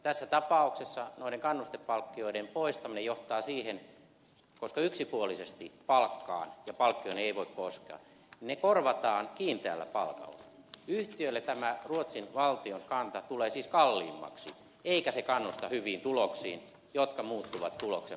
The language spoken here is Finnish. tässä tapauksessa noiden kannustepalkkioiden poistaminen johtaa siihen koska yksipuolisesti palkkaan ja palkkioihin ei voi koskea ja ne korvataan kiinteällä palkalla että yhtiölle tämä ruotsin valtion kanta tulee siis kalliimmaksi eikä kannusta hyviin tuloksiin jotka muuttuvat tuloksen mukana